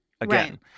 again